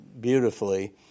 beautifully